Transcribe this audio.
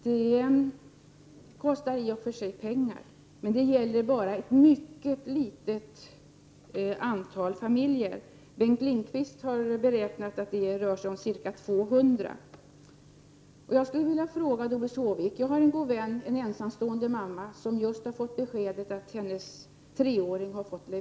Det kostar i och för sig pengar, men det gäller bara ett mycket litet antal familjer. Bengt Lindqvist har beräknat att det rör sig om ca 200. Jag har en god vän, en ensamstående mamma, som just har fått beskedet att hennes treåring har fått leukemi.